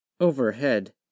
overhead